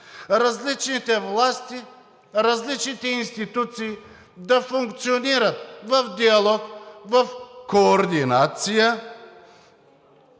Различните власти, различните институции да функционират в диалог, в координация